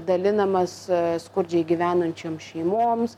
dalinamas skurdžiai gyvenančiom šeimoms